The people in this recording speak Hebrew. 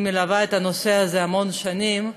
היא מלווה את הנושא הזה המון שנים.